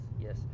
yes